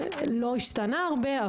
לא השתנה הרבה.